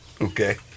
Okay